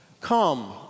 Come